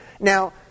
Now